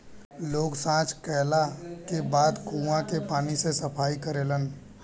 लोग सॉच कैला के बाद कुओं के पानी से सफाई करेलन